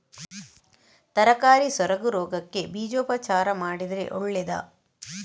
ತರಕಾರಿ ಸೊರಗು ರೋಗಕ್ಕೆ ಬೀಜೋಪಚಾರ ಮಾಡಿದ್ರೆ ಒಳ್ಳೆದಾ?